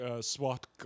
SWAT